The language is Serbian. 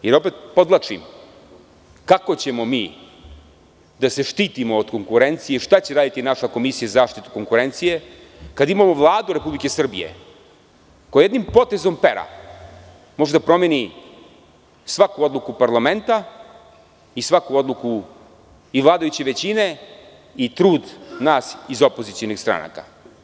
Jer, opet podvlačim, kako ćemo mi da se štitimo od konkurencije i šta će raditi naša Komisija za zaštitu konkurencije kada imamo Vladu Republike Srbije koja jednim potezom pera može da promeni svaku odluku parlamenta i svaku odluku i vladajuće većine i trud nas iz opozicionih stranaka.